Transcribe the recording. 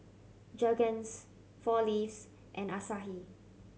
Jergens Four Leaves and Asahi